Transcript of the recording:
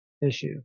issue